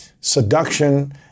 seduction